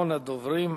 אחרון הדוברים,